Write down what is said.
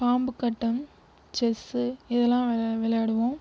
பாம்புக்கட்டம் chess இதெல்லாம் விளை விளையாடுவோம்